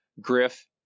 Griff